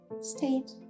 state